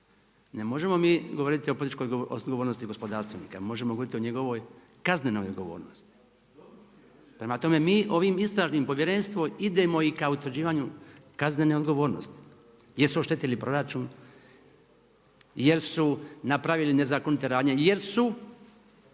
Ne možemo mi govoriti o političkoj odgovornosti gospodarstvenika, možemo govoriti o njegovoj kaznenoj odgovornosti. Prema tome, mi ovim istražim povjerenstvom idemo i k utvrđivanju kaznene odgovornosti jer su oštetili proračun, jer su napravili nezakonite radnje, jer su